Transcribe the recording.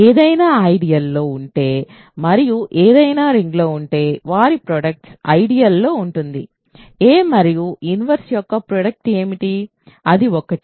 ఏదైనా ఐడియల్ లో ఉంటే మరియు ఏదైనా రింగ్లో ఉంటే వారి ప్రోడక్ట్ ఐడియల్ లో ఉంటుంది a మరియు ఇన్వర్స్ యొక్క ప్రోడక్ట్ ఏమిటి అది 1